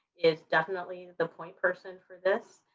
is definitely the point person for this,